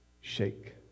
Shake